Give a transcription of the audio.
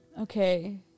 Okay